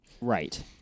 Right